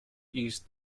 east